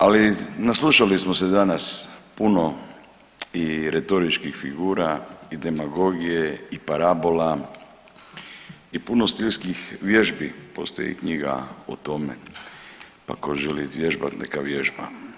Ali naslušali smo se danas puno i retoričkih figura i demagogije i parabola i punost ljudskih vježbi postoji knjiga o tome, pa ko želi vježbat neka vježba.